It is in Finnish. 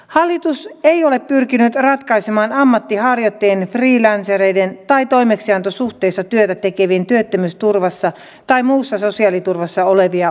hallitus ei ole pyrkinyt ratkaisemaan ammatinharjoittajien freelancereiden tai toimeksiantosuhteessa työtä tekevien työttömyysturvassa tai muussa sosiaaliturvassa olevia ongelmia